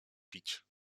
pić